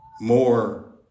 more